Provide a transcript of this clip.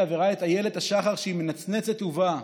וראה את איילת השחר שהיא מנצנצת ובאה,